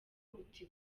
uti